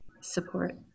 support